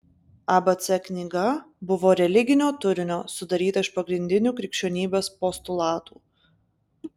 abc knyga buvo religinio turinio sudaryta iš pagrindinių krikščionybės postulatų